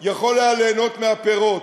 יכול היה ליהנות מהפירות.